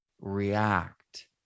react